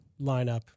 lineup